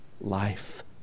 life